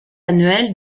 annuelle